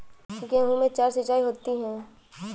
गेहूं में चार सिचाई होती हैं